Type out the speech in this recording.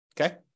Okay